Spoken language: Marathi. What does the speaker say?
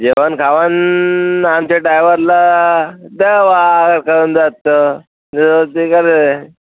जेवण खावण आमच्या ड्रायव्हरला द्यावा काय जात जेवास्नी कसं आहे